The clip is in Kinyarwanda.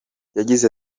yagize